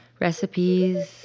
recipes